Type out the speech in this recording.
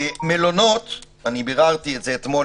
מלונות ביררתי את זה אתמול